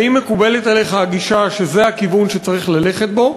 האם מקובלת עליך הגישה שזה הכיוון שצריך ללכת בו?